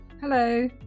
Hello